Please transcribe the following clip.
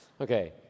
Okay